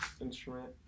instrument